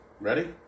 Ready